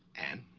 ann